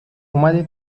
اومدی